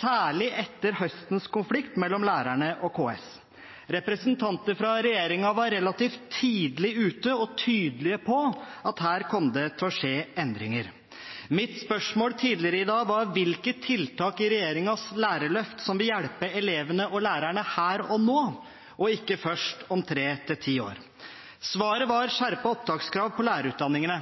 særlig etter høstens konflikt mellom lærerne og KS. Representanter fra regjeringen var relativt tidlig ute og tydelige på at her kom det til å skje endringer. Mitt spørsmål tidligere i dag var hvilke tiltak i regjeringens lærerløft som vil hjelpe elevene og lærerne her og nå, og ikke først om tre–ti år – svaret var skjerpede opptakskrav på lærerutdanningene.